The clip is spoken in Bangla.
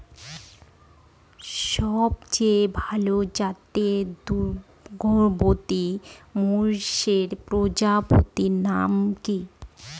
সবচেয়ে ভাল জাতের দুগ্ধবতী মোষের প্রজাতির নাম কি?